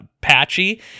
patchy